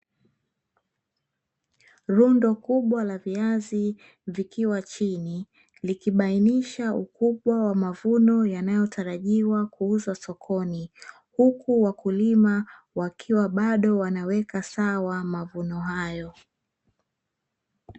Rundo kubwa la viazi vikiwa chini likibainisha ukubwa wa mavuno yanayotarajiwa kuuzwa sokoni, huku wakulima wakiwa bado wanaweka sawa mavuno hayo.